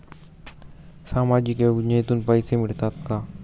सामाजिक योजनेतून पैसे मिळतात का?